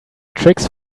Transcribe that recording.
tricks